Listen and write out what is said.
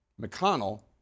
McConnell